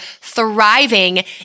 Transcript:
thriving